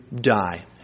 die